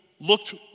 looked